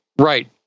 right